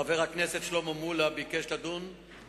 ב"כלכליסט" מ-6 במאי 2009 פורסם כי